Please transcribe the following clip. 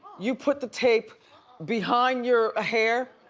you put the tape behind your hair